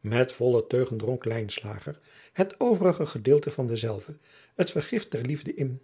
met volle teugen dronk lijnslager het overige gedeelte van denzelven het vergift der liefde in